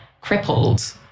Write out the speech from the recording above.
crippled